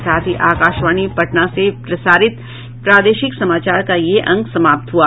इसके साथ ही आकाशवाणी पटना से प्रसारित प्रादेशिक समाचार का ये अंक समाप्त हुआ